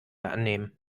annehmen